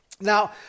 Now